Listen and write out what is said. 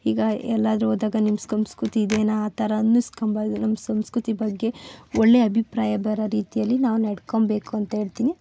ಈಗ ಎಲ್ಲಾದರೂ ಹೋದಾಗ ನಿಮ್ಮ ಸಂಸ್ಕೃತಿ ಇದೇನಾ ಆ ಥರ ಅನಿಸ್ಕೊಳ್ಬಾರ್ದು ನಮ್ಮ ಸಂಸ್ಕೃತಿ ಬಗ್ಗೆ ಒಳ್ಳೆ ಅಭಿಪ್ರಾಯ ಬರೋ ರೀತಿಯಲ್ಲಿ ನಾವು ನಡ್ಕೊಳ್ಬೇಕು ಅಂತ ಹೇಳ್ತೀನಿ